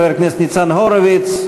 חבר הכנסת ניצן הורוביץ.